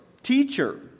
Teacher